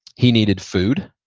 he needed food.